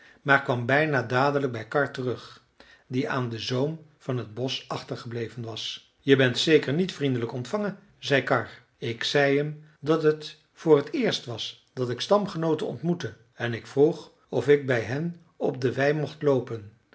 maar kwam bijna dadelijk bij karr terug die aan den zoom van het bosch achtergebleven was je bent zeker niet vriendelijk ontvangen zei karr ik zei hem dat het voor t eerst was dat ik stamgenooten ontmoette en ik vroeg of ik bij hen op de wei mocht loopen